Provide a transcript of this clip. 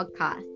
podcast